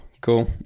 cool